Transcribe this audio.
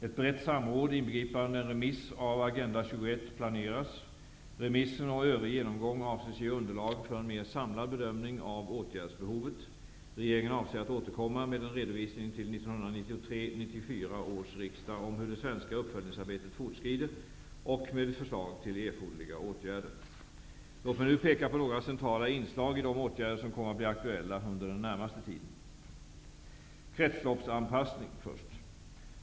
Ett brett samråd, inbegripande en remiss av Agenda 21, planeras. Remissen och övrig genomgång avses ge underlag för en mer samlad bedömning av åtgärdsbehovet. Regeringen avser att återkomma med en redovisning till 1993/94 års riksdag om hur det svenska uppföljningsarbetet fortskrider och med förslag till erforderliga åtgärder. Låt mig nu peka på några centrala inslag i de åtgärder som kommer att bli aktuella under den närmaste framtiden. För det första: Kretsloppsanpassning.